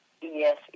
Yes